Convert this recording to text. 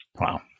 wow